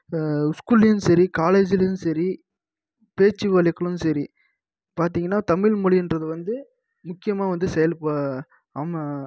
ஸ்கூல்லையும் சரி காலேஜ்லையும் சரி பேச்சு வழக்கிலும் சரி பார்த்திங்கனா தமிழ் மொழின்றது வந்து முக்கியமாக வந்து செயல் ப அம்ம